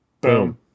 Boom